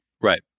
Right